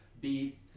beats